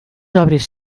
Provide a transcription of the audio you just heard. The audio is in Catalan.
obres